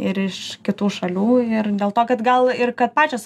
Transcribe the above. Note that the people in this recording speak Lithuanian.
ir iš kitų šalių ir dėl to kad gal ir kad pačios